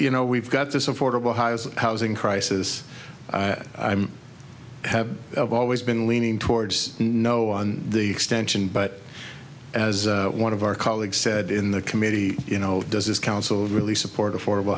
you know we've got this affordable housing crisis i'm have always been leaning towards no on the extension but as one of our colleagues said in the committee you know does this council really support affordable